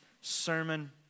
sermon